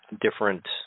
different